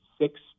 six